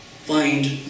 Find